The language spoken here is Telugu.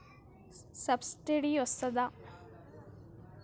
సబ్సిడీ వస్తదా?